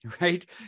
right